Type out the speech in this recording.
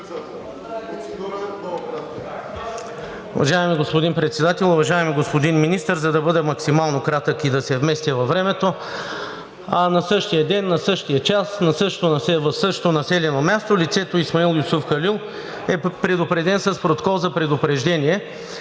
Уважаеми господин Председател! Уважаеми господин Министър, за да бъда максимално кратък и да се вместя във времето. На същия ден, на същия час, в същото населено място лицето Исмаил Юсуф Халил е предупреден с протокол за предупреждение.